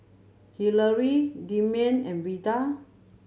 Hillary Demian and Veda